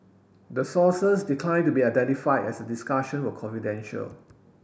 the sources declined to be identified as the discussion were confidential